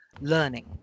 learning